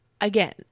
again